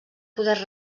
poder